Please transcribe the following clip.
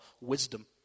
wisdom